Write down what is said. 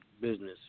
business